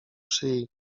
szyi